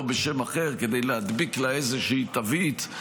בשם אחר כדי להדביק לה איזושהי תווית.